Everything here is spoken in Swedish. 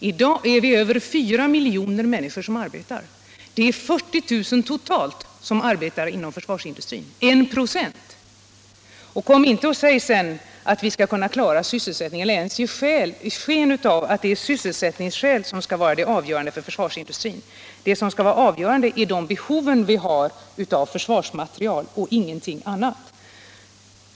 I dag är vi över 4 miljoner människor som arbetar, och det är 40 000 totalt som arbetar inom försvarsindustrin — det är 1 26. Kom därför inte och påstå att vi skall kunna klara sysselsättningen eller försök inte ens ge sken av att det är sysselsättningsskäl som skall vara avgörande för försvarsindustrin; det som skall vara avgörande är de behov vi harav försvarsmaterial och ingenting annat!